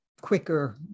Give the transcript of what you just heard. quicker